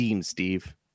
Steve